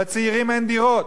לצעירים אין דירות.